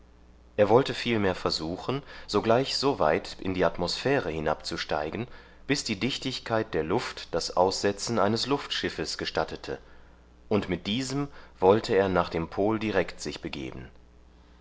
er wollte vielmehr versuchen sogleich so weit in die atmosphäre hinabzusteigen bis die dichtigkeit der luft das aussetzen eines luftschiffes gestattete und mit diesem wollte er nach dem pol direkt sich begeben